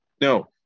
No